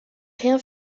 rien